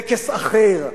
טקס אחר,